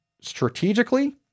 Strategically